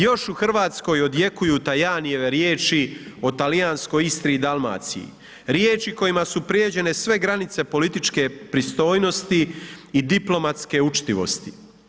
Još u Hrvatskoj odjekuju Tajanieve riječi o talijanskoj Istri i Dalmaciji, riječi kojima su prijeđene sve granice političke pristojnosti i diplomatske učtivosti.